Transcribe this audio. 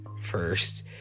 first